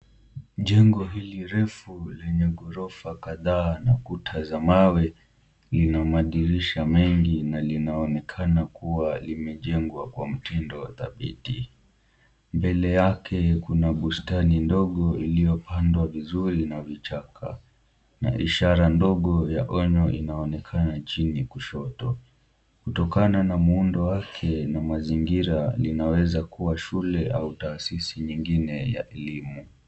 Jengo hili refu lenye ghorofa kadha na kuta za mawe, lina madirisha mengi na linaonekana kuwa limejengwa kwa mtindo dhabiti. Mbele yake kuna bustani ndogo iliyopandwa vizuri na vichaka, na ishara ndogo ya onyo inaonekana chini kushoto. Kutokana na muundo wake na mazingira linaweza kuwa shule au taasisi nyingine ya elimu.